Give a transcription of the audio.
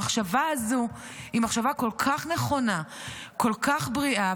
המחשבה הזאת היא מחשבה כל כך נכונה וכל כך בריאה.